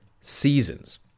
seasons